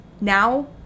Now